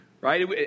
right